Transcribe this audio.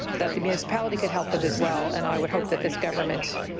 that the municipality could help with as well, and i would hope that this government